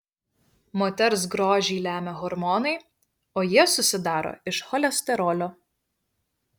moters grožį lemia hormonai o jie susidaro iš cholesterolio